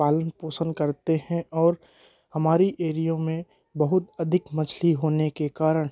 पालन पोषण करते हैं और हमारे एरियो में बहुत अधिक मछली होने के कारण